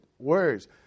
words